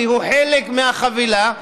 כי הוא חלק מהחבילה.